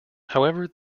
however